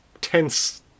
tense